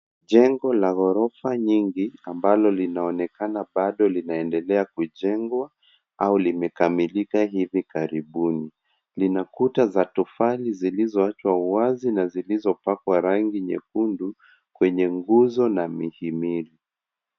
Jengo la ghorofa nyingi ambalo linaonekana bado linaendelea kujengwa, au limekamilika hivi karibuni. Lina kuta za tofali ziliwachwa wazi na zilizopakwa rangi nyekundu, kwenye nguzo na mihimili.